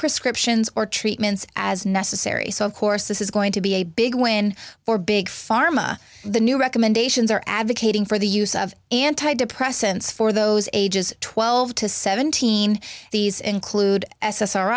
prescriptions or treatments as necessary so of course this is going to be a big win for big pharma the new recommendations are advocating for the use of antidepressants for those ages twelve to seventeen these include s